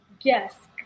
Yes